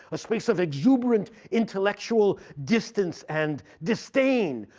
a space of exuberant intellectual distance and disdain.